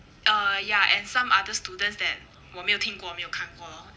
uh ya and some other students that 我没有听过没有看过 lor